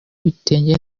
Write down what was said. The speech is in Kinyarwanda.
ibitenge